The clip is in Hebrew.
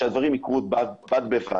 שהדברים יקרו בד בבד.